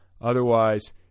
Otherwise